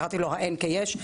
קראתי לו האין כיש,